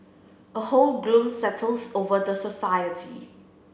a whole gloom settles over the society